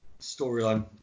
storyline